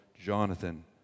Jonathan